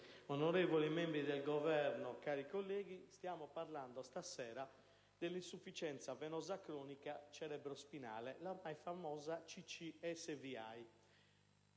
onorevoli membri del Governo, cari colleghi, oggi parliamo dell'insufficienza venosa cronica cerebro-spinale, la ormai famosa CCSVI,